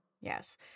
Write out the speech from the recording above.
Yes